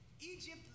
Egypt